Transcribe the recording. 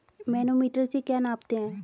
Manometer से क्या नापते हैं?